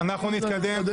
אנחנו נתקדם.